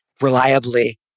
reliably